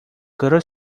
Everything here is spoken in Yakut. кыра